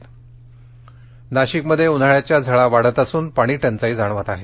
नाशिक नाशिकमध्ये उन्हाळ्याच्या झळा वाढत असून पाणी टंचाई जाणवत आहे